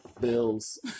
bills